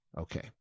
Okay